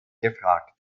gefragt